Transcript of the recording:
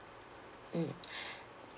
mm